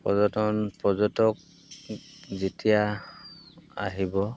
পৰ্যটন পৰ্যটক যেতিয়া আহিব